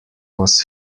was